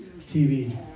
TV